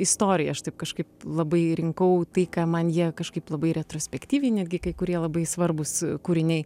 istoriją aš taip kažkaip labai rinkau tai ką man jie kažkaip labai retrospektyviai netgi kai kurie labai svarbūs kūriniai